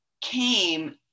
came